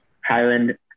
Highland